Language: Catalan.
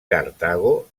cartago